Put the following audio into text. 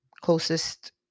closest